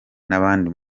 n’abandi